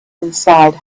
inside